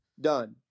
Done